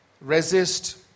Resist